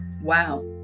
Wow